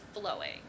flowing